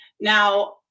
Now